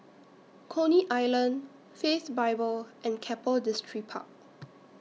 Coney Island Faith Bible and Keppel Distripark